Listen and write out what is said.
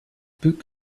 book